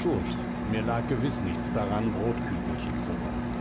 gut mir lag gewiß nichts daran brotkügelchen zu rollen